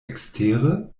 ekstere